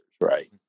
right